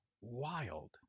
wild